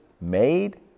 made